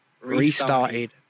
restarted